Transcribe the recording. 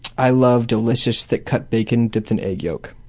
i love delicious, thick-cut bacon dipped in egg yolk.